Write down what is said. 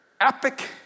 epic